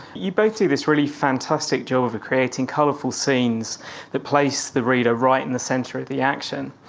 you both do this really fantastic job of creating colourful scenes that place the reader right in the centre of the action.